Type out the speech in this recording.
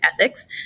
ethics